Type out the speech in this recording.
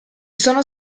sono